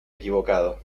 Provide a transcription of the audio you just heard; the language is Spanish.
equivocado